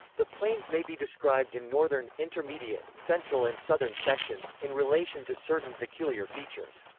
the plains may be described in northern, intermediate, central and southern sections, in relation to certain peculiar features.